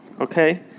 okay